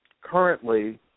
currently